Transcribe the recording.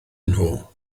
nhw